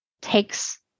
takes